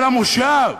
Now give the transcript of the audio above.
של המושב,